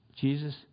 Jesus